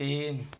तीन